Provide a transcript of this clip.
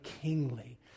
kingly